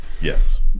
Yes